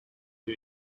new